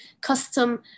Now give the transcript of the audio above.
custom